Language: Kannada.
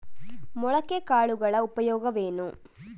ಮೊಳಕೆ ಕಾಳುಗಳ ಉಪಯೋಗವೇನು?